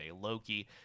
Loki